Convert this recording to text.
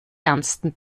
ernsten